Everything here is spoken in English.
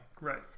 Right